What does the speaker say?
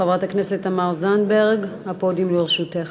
חברת הכנסת תמר זנדברג, הפודיום לרשותך.